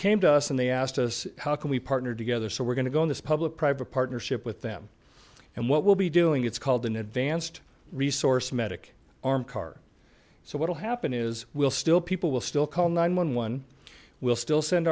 came to us and they asked us how can we partner together so we're going to go on this public private partnership with them and what we'll be doing it's called an advanced resource medic arm car so what will happen is will still people will still call nine one one we'll still send